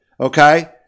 okay